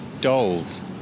dolls